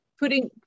putting